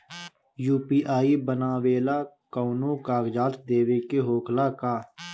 UPI बनावेला कौनो कागजात देवे के होखेला का?